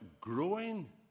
growing